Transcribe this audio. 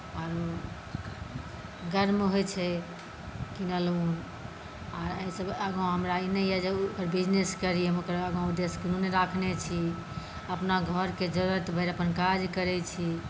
आओर गर्म होइ छै किनल उन आर एहि सँ आगाँ हमरा नहि यऽ जे हम बिजनेस करी हम ओकरा उदेश्य कखनो नहि राखने छी अपना घरके जरुरत भरि अपना काज करै छी